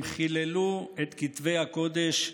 הם חיללו את כתבי הקודש,